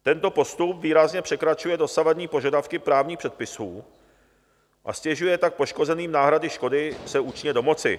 Tento postup výrazně překračuje dosavadní požadavky právních předpisů, a ztěžuje tak poškozeným náhrady škody se účinně domoci.